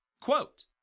Quote